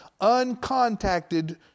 uncontacted